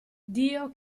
dio